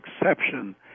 exception